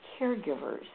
caregivers